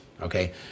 Okay